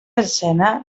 escena